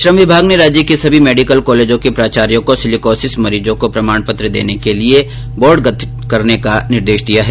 श्रम विभाग ने राज्य के सभी मेडिकल कॉलेजों के प्राचार्यो को सिलिकोसिस मरीजों को प्रमाण पत्र देने को लिये बॉर्ड गठित करने का निर्देश दिया है